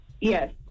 Yes